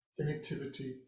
connectivity